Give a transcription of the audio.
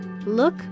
look